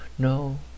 No